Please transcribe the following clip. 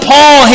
Paul